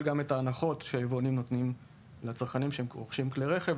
גם את ההנחות שהיבואנים נותנים לצרכנים שרוכשים את כלי הרכב,